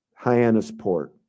Hyannisport